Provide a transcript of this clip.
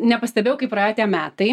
nepastebėjau kaip praėjo tie metai